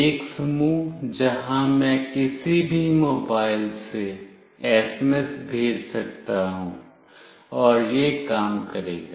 एक समूह जहां मैं किसी भी मोबाइल से एसएमएस भेज सकता हूं और यह काम करेगा